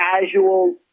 casual